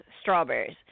strawberries